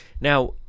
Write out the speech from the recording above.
now